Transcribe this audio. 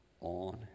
on